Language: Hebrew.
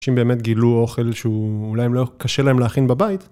שהם באמת גילו אוכל שהוא אולי קשה להם להכין בבית.